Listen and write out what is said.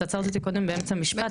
את עצרת אותי קודם באמצע משפט,